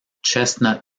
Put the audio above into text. chestnut